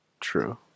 True